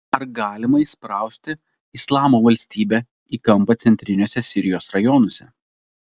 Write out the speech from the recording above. ar galima įsprausti islamo valstybę į kampą centriniuose sirijos rajonuose